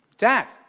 Dad